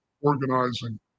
organizing